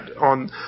on